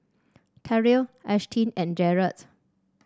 Terrill Ashtyn and Jaret